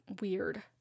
weird